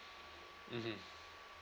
mmhmm